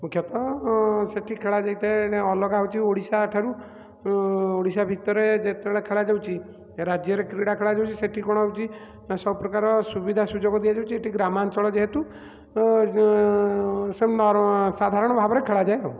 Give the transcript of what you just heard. ମୁଖ୍ୟତଃ ସେଠି ଖେଳାଯାଇଥାଏ ଅଲଗା ହେଉଛି ଓଡ଼ିଶାଠାରୁ ଓଡ଼ିଶା ଭିତରେ ଯେତେବେଳେ ଖେଳାଯାଉଛି ରାଜ୍ୟରେ କ୍ରୀଡା ଖେଳାଯାଉଛି ସେଠି କ'ଣ ହେଉଛି ନା କ'ଣ ସବୁ ପ୍ରକାର ସୁବିଧା ସୁଯୋଗ ଦିଆଯାଉଛି ଏଠି ଗ୍ରାମାଞ୍ଚଳ ଯେହେତୁ ସାଧାରଣ ଭାବରେ ଖେଳାଯାଏ ଆଉ